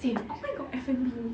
same oh my god F&B